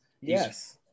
Yes